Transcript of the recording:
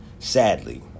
Sadly